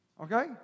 Okay